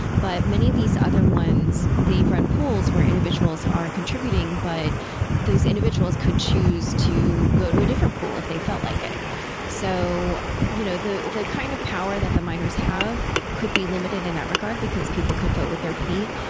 but many of these other ones, they run pools where individuals so are contributing, but those individuals could choose to go to a different pool if they felt like it so you know the the kind of power that the miners have could be limited in that regard, because people could vote with their feet.